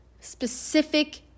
specific